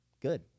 good